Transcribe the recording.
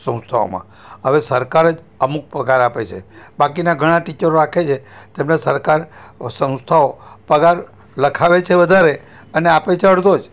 સંસ્થાઓમાં હવે સરકાર જ અમુક પગાર આપે છે બાકીના ઘણા ટીચરો રાખે છે તેમને સરકાર સંસ્થાઓ પગાર લખાવે છે વધારે અને આપે છે અડધો જ